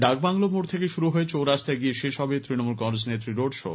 ডাক বাংলো মোড় থেকে শুরু হয়ে চৌরাস্তায় গিয়ে শেষ হবে তৃণমূল কংগ্রেস নেত্রীর রোড শো